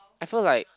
I feel like